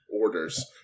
orders